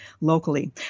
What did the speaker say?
locally